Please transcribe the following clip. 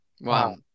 Wow